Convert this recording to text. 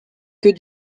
que